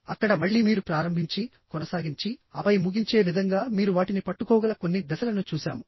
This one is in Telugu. అక్కడ మళ్ళీ మీరు ప్రారంభించి కొనసాగించి ఆపై ముగించే విధంగా మీరు వాటిని పట్టుకోగల కొన్ని దశలను చూశాము